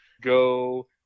go